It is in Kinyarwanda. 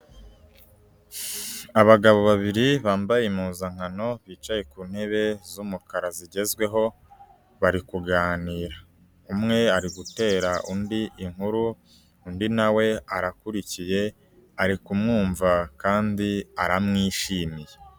Abagabo babiri bambaye impuzankano, bicaye ku ntebe z'umukara zigezweho, bari kuganira. Umwe ari gutera undi inkuru, undi nawe arakurikiye, ari kumwumva kandi aramwishimiye.